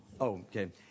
okay